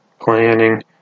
planning